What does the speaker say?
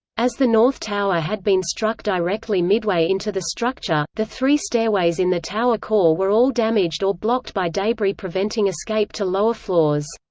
as the north tower had been struck directly midway into the structure, the three stairways in the tower core were all damaged or blocked by debris preventing escape to lower floors.